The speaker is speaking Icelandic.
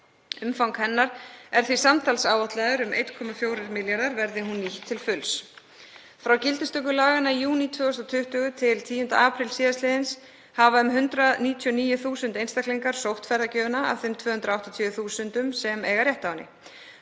Umfang hennar er því samtals áætlað um 1,4 milljarðar, verði hún nýtt til fulls. Frá gildistöku laganna í júní 2020 til 10. apríl sl. sóttu um 199.000 einstaklingar ferðagjöfina af þeim 280.000 sem eiga rétt á henni.